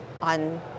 on